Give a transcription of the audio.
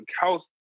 house